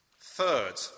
Third